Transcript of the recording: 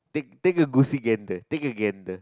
take take a take a gain there